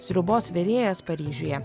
sriubos virėjas paryžiuje